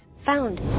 Found